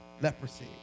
Leprosy